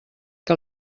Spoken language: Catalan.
que